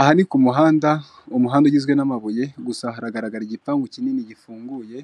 Aha ni ku muhanda, umuhanda ugizwe n'amabuye, gusa haragaragara igipangu kinini gifunguye,